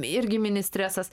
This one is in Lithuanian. irgi mini stresas